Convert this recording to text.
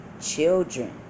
children